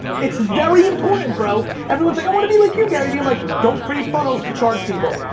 it's very important, bro. everyone's like i want to be like you, gary v. i'm like, don't create funnels to charge people.